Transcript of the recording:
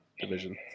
division